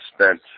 spent